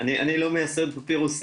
אני לא מייסד פפירוס,